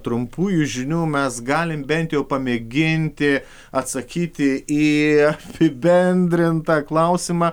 trumpųjų žinių mes galime bent jau pamėginti atsakyti į apibendrintą klausimą